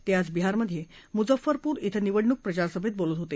ते आज बिहारमधे मुझफ्फरपूर िक्वे निवडणूक प्रचारसभेत बोलत होते